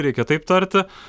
reikia taip tarti